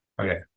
okay